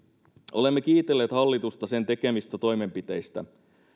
olemme kiitelleet hallitusta sen tekemistä toimenpiteistä